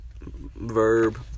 Verb